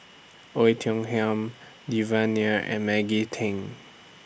Oei Tiong Ham Devan Nair and Maggie Teng